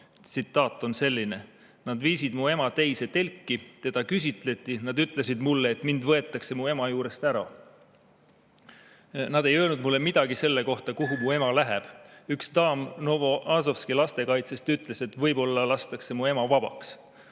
Tsitaat on selline: